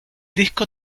disco